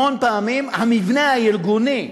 המון פעמים המבנה הארגוני,